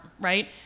right